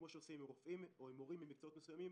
כפי שעושים עם רופאים או עם מורים במקצועות מסוימים.